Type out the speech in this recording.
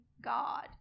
God